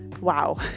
wow